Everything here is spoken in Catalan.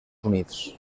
units